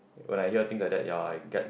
when I hear things like that ya I get